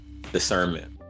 discernment